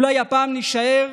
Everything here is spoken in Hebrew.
אולי הפעם נישאר,